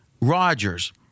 Rodgers